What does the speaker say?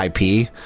IP